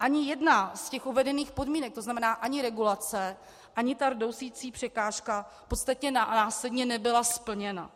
Ani jedna z těch uvedených podmínek, to znamená ani regulace ani ta rdousicí překážka, v podstatě následně nebyla splněna.